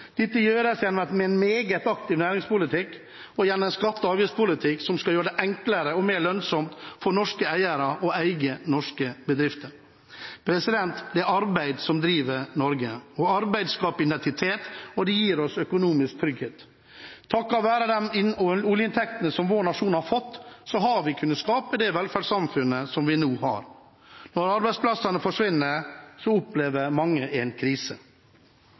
Dette gjøres gjennom en meget aktiv næringspolitikk og gjennom en skatte- og avgiftspolitikk som skal gjøre det enklere og mer lønnsomt for norske eiere å eie norske bedrifter. Det er arbeid som driver Norge. Arbeid skaper identitet og gir oss økonomisk trygghet. Takket være de oljeinntektene som vår nasjon har fått, har vi kunnet skape det velferdssamfunnet som vi nå har. Når arbeidsplassene forsvinner, opplever mange en krise.